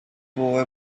boy